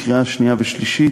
לקריאה שנייה ושלישית,